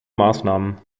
maßnahmen